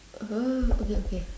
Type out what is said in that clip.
oh okay okay